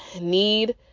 need